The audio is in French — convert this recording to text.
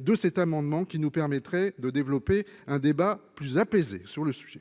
de cet amendement nous permettrait de développer un débat plus apaisé sur le sujet.